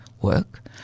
work